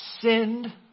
sinned